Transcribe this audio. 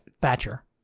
Thatcher